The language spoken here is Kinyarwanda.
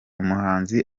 umuhanzi